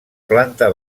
planta